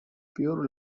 pure